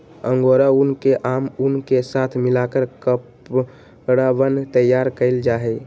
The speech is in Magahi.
अंगोरा ऊन के आम ऊन के साथ मिलकर कपड़वन तैयार कइल जाहई